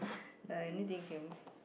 anything came